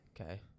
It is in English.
Okay